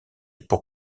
pour